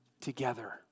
together